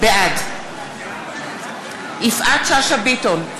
בעד יפעת שאשא ביטון,